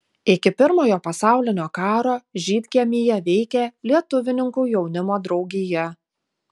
iki pirmojo pasaulinio karo žydkiemyje veikė lietuvininkų jaunimo draugija